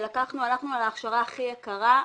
הלכנו על ההכשרה הכי יקרה.